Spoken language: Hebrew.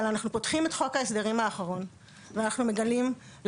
אבל אנחנו פותחים את חוק ההסדרים האחרון ואנחנו מגלים שאין שינוי אקלים,